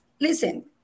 Listen